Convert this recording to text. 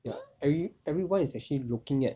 ya every~ everyone is actually looking at